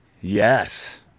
Yes